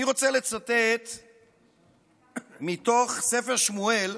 אני רוצה לצטט מתוך ספר שמואל,